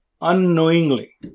Unknowingly